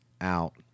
out